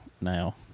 now